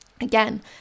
again